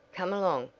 come along,